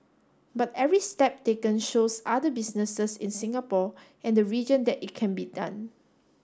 but every step taken shows other businesses in Singapore and the region that it can be done